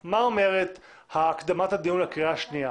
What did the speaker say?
מה אומרת הקדמת הדיון לקריאה השנייה?